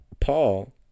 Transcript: Paul